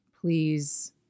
please